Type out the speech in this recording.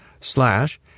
Slash